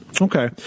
Okay